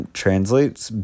translates